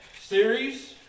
series